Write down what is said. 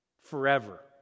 forever